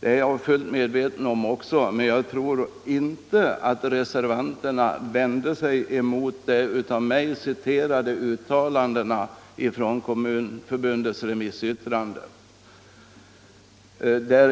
Det är jag fullt medveten om också, men jag tror inte att reservanterna vände sig mot de av mig citerade uttalandena i Kommunförbundets remissyttrande.